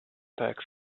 tacks